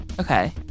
Okay